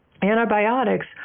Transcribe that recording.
antibiotics